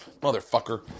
Motherfucker